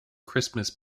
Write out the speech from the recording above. christmas